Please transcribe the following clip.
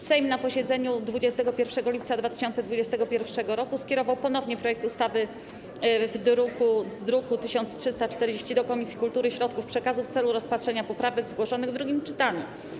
Sejm na posiedzeniu 21 lipca 2021 r. skierował ponownie projekt ustawy z druku nr 1340 do Komisji Kultury i Środków Przekazu w celu rozpatrzenia poprawek zgłoszonych w drugim czytaniu.